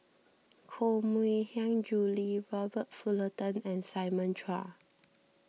Koh Mui Hiang Julie Robert Fullerton and Simon Chua